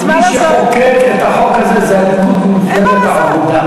מי שחוקקו את החוק הזה היו הליכוד ומפלגת העבודה.